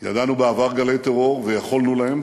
ידענו בעבר גלי טרור ויכולנו להם.